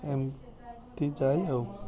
ଏମିତି ଯାଇ ଆଉ